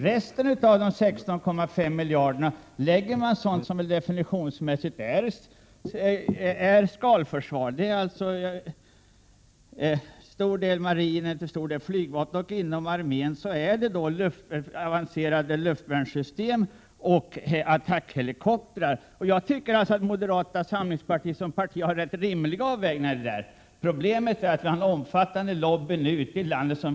Resten av de extra 16,5 miljarderna vill moderaterna satsa på det som väl är skalförsvar, dvs. marinen och flygvapnet och inom armén avancerade luftvärnssystem och attackhelikoptrar. Jag tycker att moderata samlingspartiet som parti gör ganska rimliga avvägningar inom sin ekonomiska nivå — men då krävs en numerärt bantad armé.